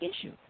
issue